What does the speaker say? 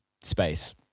space